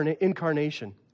incarnation